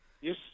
Yes